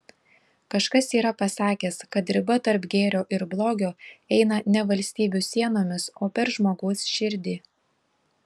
kažkas yra pasakęs kad riba tarp gėrio ir blogio eina ne valstybių sienomis o per žmogaus širdį